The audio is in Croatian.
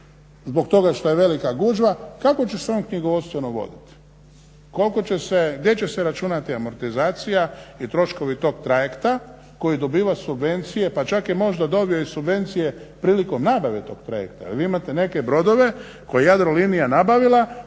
zbog toga što je velika gužva, kako će se on knjigovodstveno voditi? Gdje će se računati amortizacija i troškovi tog trajekta koji dobiva subvencije pa čak je možda dobio i subvencije prilikom nabave tog trajekta jel vi imate neke brodove koje je Jadrolinija nabavila